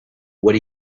what